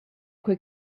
quei